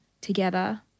together